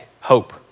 hope